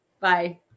Bye